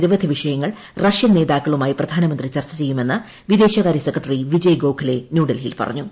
നിരവധി വിഷയങ്ങൾ റഷ്യൻ നേതാക്കളുമായി പ്രധാനമത്ത്രിച്ചർച്ച ചെയ്യുമെന്ന് വിദേശകാര്യ സെക്രട്ടറി വിജയ് ഗോഖലെ ന്യൂഡൽഹീയിൽ പറഞ്ഞു